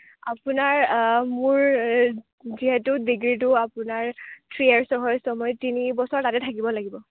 আপোনাৰ মোৰ যিহেতু ডিগ্ৰীটো আপোনাৰ থ্ৰি ইয়াৰ্চৰ হয় চ' মই তিনি বছৰ তাতে থাকিব লাগিব